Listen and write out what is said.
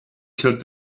killed